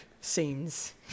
scenes